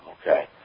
okay